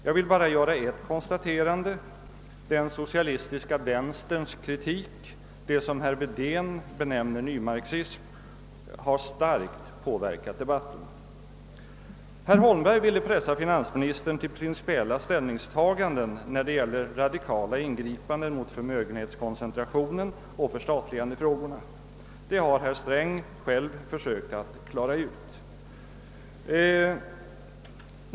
Jag vill bara göra ett konstaterande: Kritiken från den socialistiska vänstern — av herr Wedén benämnd nymarxism — har starkt påverkat debatten. Herr Holmberg ville pressa finansministern till principiella ställningstaganden beträffande radikala ingripanden mot förmögenhetskoncentrationen och förstatligandefrågorna. Herr Sträng har nu försökt svara på dessa frågor.